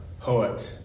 poet